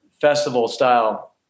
festival-style